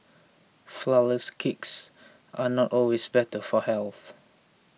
Flourless Cakes are not always better for health